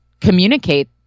communicate